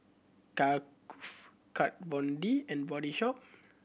Kat Von D and Body Shop